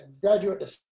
graduate